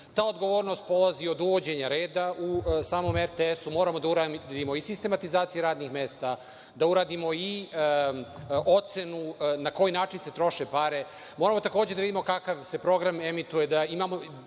Ta odgovornost polazi od uvođenja reda u samom RTS-u. Moramo da uradimo i sistematizacije radnih mesta, da uradimo i ocenu na koji način se troše pare. Moramo takođe da vidimo kakav se program emituje, da imamo